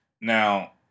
Now